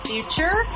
Future